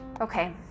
Okay